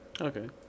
Okay